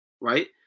right